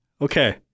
Okay